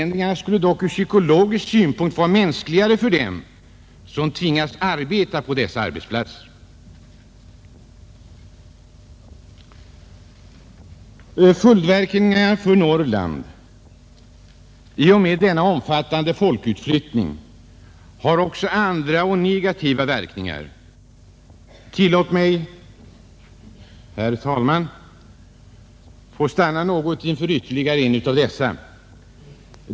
Ett sådant skulle dock ur psykologisk synpunkt vara mänskligare för dem som tvingas att arbeta på dessa verkstäder. Den omfattande folkutflyttningen har också andra negativa verkningar för Norrland. Tillåt mig, herr talman, att stanna något inför ytterligare en av dessa.